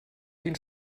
den